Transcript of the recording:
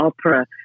Opera